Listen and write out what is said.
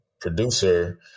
producer